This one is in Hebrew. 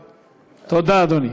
תודה, אדוני.